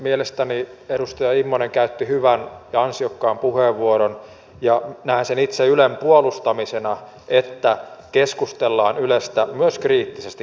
mielestäni edustaja immonen käytti hyvän ja ansiokkaan puheenvuoron ja näen sen itse ylen puolustamisena että keskustellaan ylestä myös kriittisesti